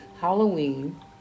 Halloween